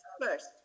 first